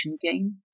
game